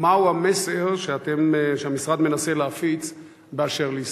ומהו המסר שאתם, שהמשרד מנסה להפיץ באשר לישראל?